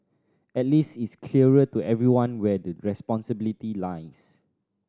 at least it's clearer to everyone where the responsibility lies